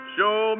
Show